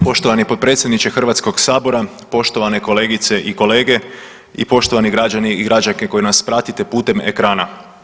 Poštovani potpredsjedniče Hrvatskog sabora, poštovane kolegice i kolege i poštovani građani i građanke koje nas pratite putem ekrana.